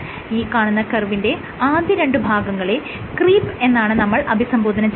ഈ കാണുന്ന കർവിന്റെ ആദ്യ രണ്ട് ഭാഗങ്ങളെ ക്രീപ്പ് എന്നാണ് നമ്മൾ അഭിസംബോധന ചെയ്യുന്നത്